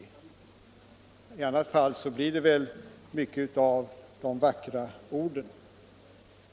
117 I annat fall blir det väl mycket av vackra ord.